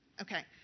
Okay